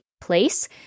place